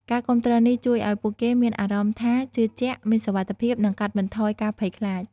ការគាំទ្រនេះជួយឱ្យពួកគេមានអារម្មណ៍ថាជឿជាក់ មានសុវត្តិភាព និងកាត់បន្ថយការភ័យខ្លាច ។